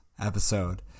episode